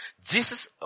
Jesus